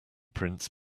prince